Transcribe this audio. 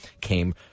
came